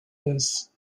this